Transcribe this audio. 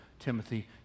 Timothy